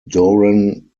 doran